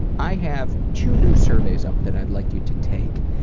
i have two new surveys up that i'd like you to take.